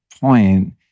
point